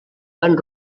van